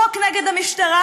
חוק נגד המשטרה,